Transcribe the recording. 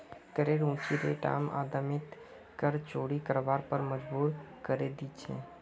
करेर ऊँची रेट आम आदमीक कर चोरी करवार पर मजबूर करे दी छे